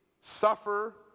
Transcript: suffer